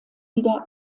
wieder